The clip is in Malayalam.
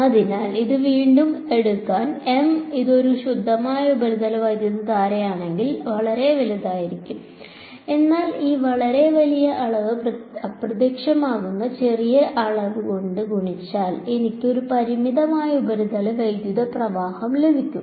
അതിനാൽ ഇത് വീണ്ടും അടുക്കാൻ ഇത് ഒരു ശുദ്ധമായ ഉപരിതല വൈദ്യുതധാരയാണെങ്കിൽ വളരെ വലുതായിരിക്കും എന്നാൽ ഈ വളരെ വലിയ അളവ് അപ്രത്യക്ഷമാകുന്ന ചെറിയ അളവ് കൊണ്ട് ഗുണിച്ചാൽ എനിക്ക് ഒരു പരിമിതമായ ഉപരിതല വൈദ്യുത പ്രവാഹം ലഭിക്കും